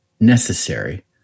necessary